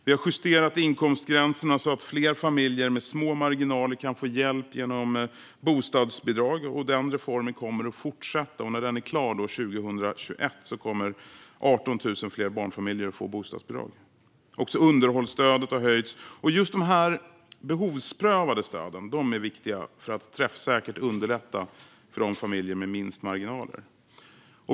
Vi har justerat inkomstgränserna så att fler familjer med små marginaler kan få hjälp genom bostadsbidrag. Den reformen kommer att fortsätta, och när den är klar 2021 kommer 18 000 fler barnfamiljer att få bostadsbidrag. Också underhållsstödet har höjts. Just de här behovsprövade stöden är viktiga för att träffsäkert underlätta för familjerna med minst marginaler.